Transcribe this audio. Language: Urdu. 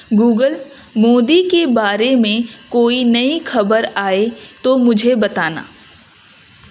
گوگل مودی کے بارے میں کوئی نئی خبر آئے تو مجھے بتانا